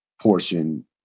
portion